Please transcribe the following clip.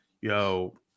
Yo